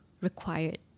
required